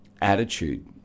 attitude